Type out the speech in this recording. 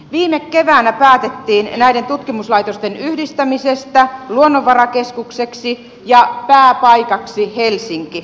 viime keväänä päätettiin näiden tutkimuslaitosten yhdistämisestä luonnonvarakeskukseksi ja pääpaikaksi helsinki